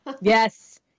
Yes